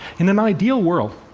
in an ideal world,